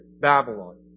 Babylon